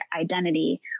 identity